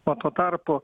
o tuo tarpu